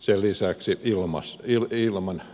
sen lisäksi ilman avulla